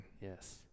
Yes